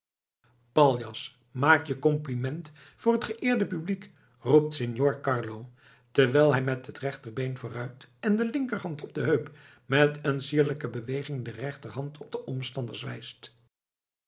paljas maak je compliment voor het geëerde publiek roept signor carlo terwijl hij met het rechterbeen vooruit en de linkerhand op de heup met een sierlijke beweging der rechterhand op de